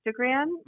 instagram